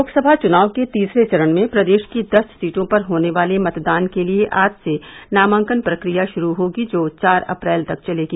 लोकसभा चुनाव के तीसरे चरण में प्रदेश की दस सीटों पर होने वाले मतदान के लिए आज से नामांकन प्रक्रिया शुरू होगी जो चार अप्रैल तक चलेगी